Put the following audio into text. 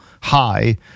high